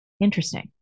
Interesting